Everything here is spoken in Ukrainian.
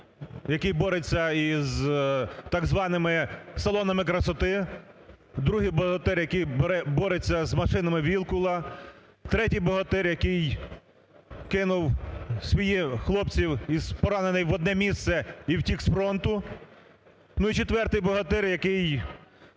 який бореться із, так званими, салонами красоти, другий богатир, який бореться з машинами Вілкула, третій богатир, який кинув своїх хлопців поранених в одне місце і втік з фронту, ну, і четвертий богатир, який